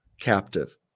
captive